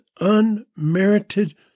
unmerited